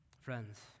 Friends